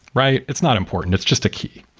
right? it's not important. it's just a key.